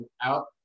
out